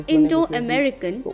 Indo-American